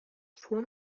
form